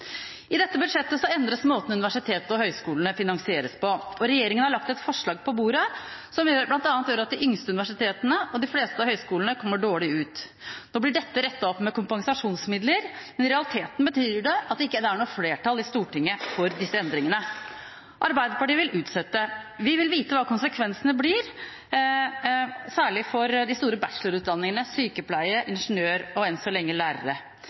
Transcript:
I dette budsjettet endres måten universitetene og høyskolene finansieres på. Regjeringen har lagt et forslag på bordet som bl.a. gjør at de yngste universitetene og de fleste av høyskolene kommer dårlig ut. Nå blir dette rettet opp med kompensasjonsmidler, men i realiteten betyr det at det ikke er noe flertall i Stortinget for disse endringene. Arbeiderpartiet vil utsette dette. Vi vil vite hva konsekvensene blir, særlig for de store bachelorutdanningene for sykepleiere, ingeniører og, enn så lenge, lærere.